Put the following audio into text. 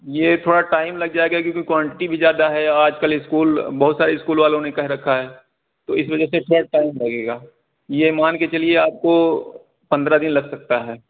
یہ تھوڑا ٹائم لگ جائے گا کیونکہ کوانٹیٹی بھی زیادہ ہے آج کل اسکول بہت سارے اسکول والوں نے کہہ رکھا ہے تو اس وجہ سے تھوڑا ٹائم لگے گا یہ مان کے چلیے آپ کو پندرہ دن لگ سکتا ہے